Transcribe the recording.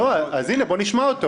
אז הינה, בוא נשמע אותו.